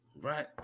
right